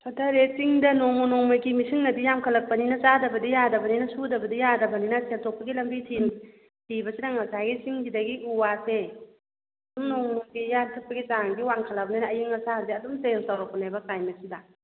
ꯁꯣꯊꯔꯦ ꯆꯤꯡꯗ ꯅꯣꯡꯃ ꯅꯣꯡꯃꯒꯤ ꯃꯤꯁꯤꯡꯅꯗꯤ ꯌꯥꯝꯈꯠ ꯂꯛꯄꯅꯤꯅ ꯆꯥꯗꯕꯗꯤ ꯌꯥꯗꯕꯅꯤꯅ ꯁꯨꯗꯕꯗꯤ ꯌꯥꯗꯕꯅꯤꯅ ꯁꯦꯟꯊꯣꯛꯄꯒꯤ ꯂꯝꯕꯤ ꯊꯤ ꯊꯤꯕꯁꯤꯅ ꯉꯁꯥꯏꯒꯤ ꯆꯤꯡꯁꯤꯗꯒꯤ ꯎ ꯋꯥꯁꯦ ꯑꯁꯨꯝ ꯅꯣꯡꯃ ꯅꯣꯡꯃꯒꯤ ꯌꯥꯟꯊꯠꯄꯒꯤ ꯆꯥꯡꯗꯤ ꯋꯥꯡꯈꯠꯂꯕꯅꯤꯅ ꯑꯏꯪ ꯑꯁꯥꯁꯦ ꯑꯗꯨꯝ ꯆꯦꯟꯖ ꯇꯧꯔꯛꯄꯅꯦꯕ ꯀ꯭ꯂꯥꯏꯃꯦꯠꯁꯤꯗ